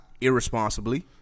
Irresponsibly